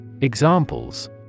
Examples